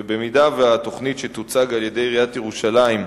במידה שהתוכנית שתוצג על-ידי עיריית ירושלים,